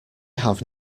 have